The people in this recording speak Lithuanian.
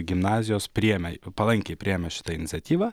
gimnazijos priėmė palankiai priėmė šitą iniciatyvą